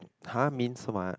!huh! means what